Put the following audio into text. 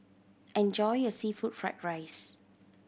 enjoy your seafood fried rice